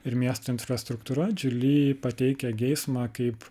ir miesto infrastruktūra džiuli pateikia geismą kaip